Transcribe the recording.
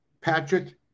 Patrick